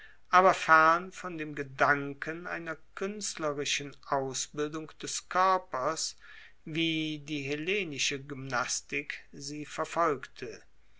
aber fern von dem gedanken einer kuenstlerischen ausbildung des koerpers wie die hellenische gymnastik sie verfolgte